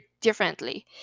differently